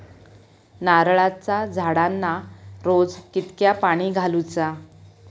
नारळाचा झाडांना रोज कितक्या पाणी घालुचा?